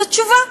זאת תשובה.